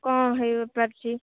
କଣ ହେଇପାରୁଛି